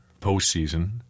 postseason